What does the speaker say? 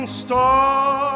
star